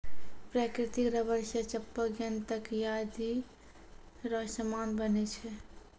प्राकृतिक रबर से चप्पल गेंद तकयादी रो समान बनै छै